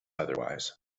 otherwise